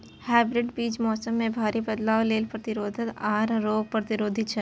hybrid बीज मौसम में भारी बदलाव के लेल प्रतिरोधी आर रोग प्रतिरोधी छै